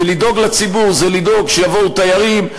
ולדאוג לציבור זה לדאוג שיבואו תיירים,